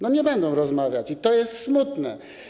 No nie będą rozmawiać i to jest smutne.